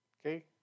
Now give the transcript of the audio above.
Okay